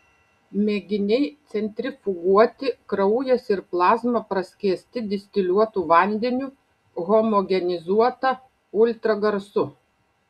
mėginiai centrifuguoti kraujas ir plazma praskiesti distiliuotu vandeniu homogenizuota ultragarsu